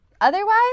Otherwise